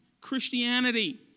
Christianity